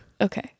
okay